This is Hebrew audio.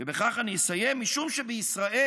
ובכך אני אסיים, משום שבישראל